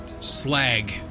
slag